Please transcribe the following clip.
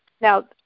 Now